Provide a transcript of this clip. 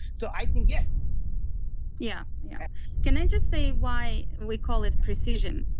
so i think, yes yeah yeah can i just say why we call it precision,